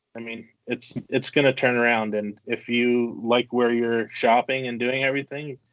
i mean, it's it's gonna turn around. and if you like where you're shopping and doing everything,